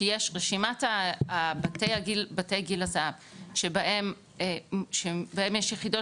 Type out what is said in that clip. כי רשימת בתי גיל הזהב שבהם יש יחידות